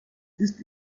ist